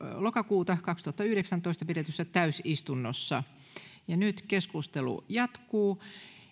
kymmenettä kaksituhattayhdeksäntoista pidetyssä täysistunnossa nyt keskustelu jatkuu